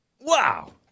Wow